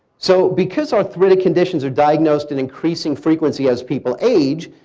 so, because arthritic conditions are diagnosed in increasing frequency as people age,